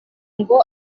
ngo